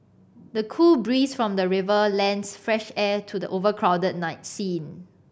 the cool breeze from the river lends fresh air to the overcrowded night scene